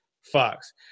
Fox